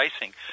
racing